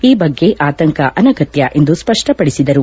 ಈ ಬಗ್ಗೆ ಆತಂಕ ಅನಗತ್ನ ಎಂದು ಸ್ಪಷ್ಟಪಡಿಸಿದರು